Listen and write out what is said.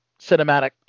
cinematic